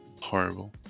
horrible